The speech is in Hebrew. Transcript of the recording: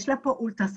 יש לה פה אולטרסאונד,